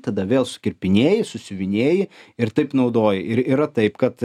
tada vėl sukirpinėji susiuvinėji ir taip naudoji ir yra taip kad